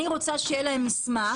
אני רוצה שיהיה להם מסמך.